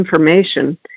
information